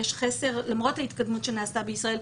למרות ההתקדמות שנעשתה בישראל,